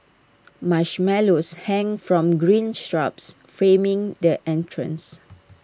marshmallows hang from green shrubs framing the entrance